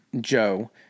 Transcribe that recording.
Joe